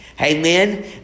Amen